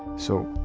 so,